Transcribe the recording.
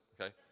okay